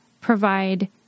provide